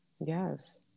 Yes